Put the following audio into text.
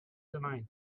tonight